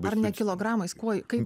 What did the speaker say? ar ne kilogramais kuo kaip